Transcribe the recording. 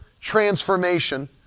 transformation